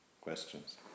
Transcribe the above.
questions